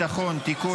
(תיקון,